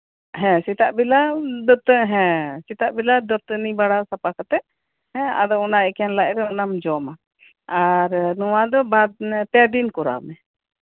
ᱥᱮᱛᱟᱜ ᱵᱮᱞᱟ ᱫᱟᱹᱛᱟᱹᱱᱤ ᱵᱟᱲᱟ ᱥᱟᱯᱷᱟ ᱠᱟᱛᱮᱫ ᱟᱫᱚ ᱚᱱᱟ ᱮᱠᱮᱱ ᱞᱟᱡᱨᱮ ᱚᱱᱟᱢ ᱡᱚᱢᱟ ᱟᱨ ᱵᱟᱨ ᱯᱮ ᱫᱤᱱ ᱠᱚᱨᱟᱣ ᱢᱮ